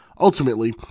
Ultimately